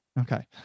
okay